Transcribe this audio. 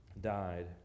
died